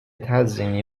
تزیینی